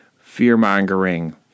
fear-mongering